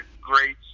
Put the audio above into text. great